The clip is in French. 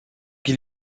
qui